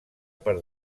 per